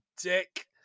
dick